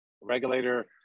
regulator